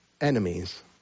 enemies